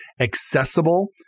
accessible